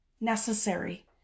necessary